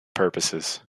purposes